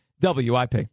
WIP